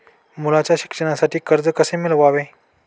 मुलाच्या शिक्षणासाठी कर्ज कसे मिळवावे?